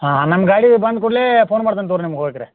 ಹಾಂ ನಮ್ಮ ಗಾಡಿ ಬಂದ ಕೂಡಲೆ ಫೋನ್ ಮಾಡ್ತೀನಿ ತಗೋರಿ ನಿಮ್ಗೆ